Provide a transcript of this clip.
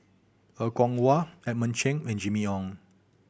Er Kwong Wah Edmund Cheng and Jimmy Ong